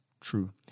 True